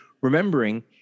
Remembering